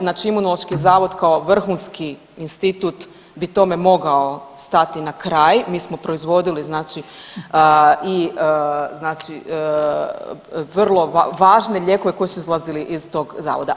Znači Imunološki zavod kao vrhunski institut bi tome mogao stati na kraj, mi smo proizvodili znači i znači vrlo važne lijekove koji su izlazili iz tog Zavoda.